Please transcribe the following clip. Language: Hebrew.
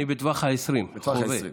אני בטווח ה-20, וחווה בשוטף.